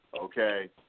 Okay